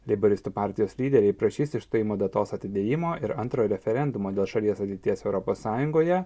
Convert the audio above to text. leiboristų partijos lyderiai prašys išstojimo datos atidėjimo ir antro referendumo dėl šalies ateities europos sąjungoje